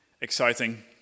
exciting